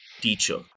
teacher